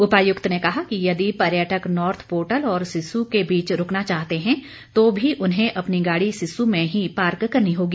उपायुक्त ने कहा कि यदि पर्यटक नोर्थ पोर्टल और सिस्सु के बीच रूकना चाहते हैं तो भी उन्हें अपनी गाड़ी सिस्सु में ही पार्क करनी होगी